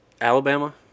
alabama